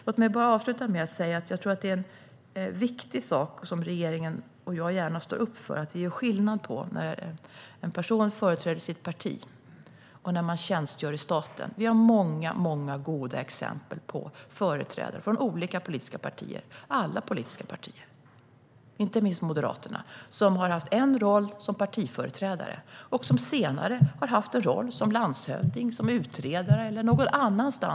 Avslutningsvis vill jag säga detta: Jag tror att det är viktigt - och det är något som regeringen och jag själv gärna står upp för - att vi gör skillnad på när en person företräder sitt parti och när personen arbetar i statens tjänst. Vi har många goda exempel på företrädare för olika politiska partier - företrädare för alla politiska partier, inte minst för Moderaterna - som har haft en roll som partiföreträdare och senare har haft en roll som landshövding eller utredare eller på annat sätt arbetat i statens tjänst.